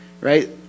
right